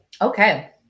okay